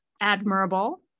admirable